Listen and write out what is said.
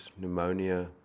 pneumonia